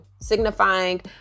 signifying